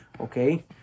okay